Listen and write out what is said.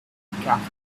catholic